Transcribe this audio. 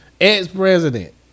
ex-president